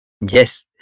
Yes